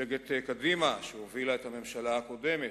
מפלגת קדימה, שהובילה את הממשלה הקודמת,